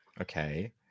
okay